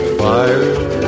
fire